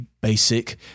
basic